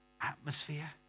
atmosphere